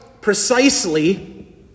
precisely